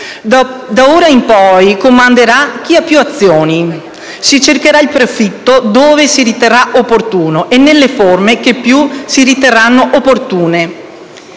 Da ora in poi comanderà chi ha più azioni. Si cercherà il profitto dove si riterrà opportuno e nelle forme che più si riterranno opportune.